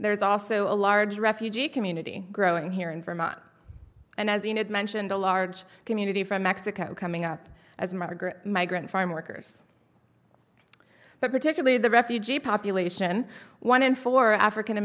there's also a large refugee community growing here in vermont and as mentioned a large community from mexico coming up as margaret migrant farm workers but particularly the refugee population one in four african